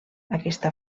aquesta